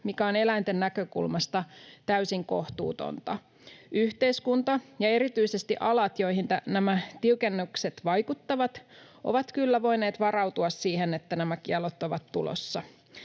mikä on eläinten näkökulmasta täysin kohtuutonta. Yhteiskunta ja erityisesti alat, joihin nämä tiukennukset vaikuttavat, ovat kyllä voineet varautua siihen, että nämä kiellot ovat tulossa.